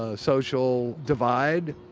ah social divide.